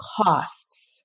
costs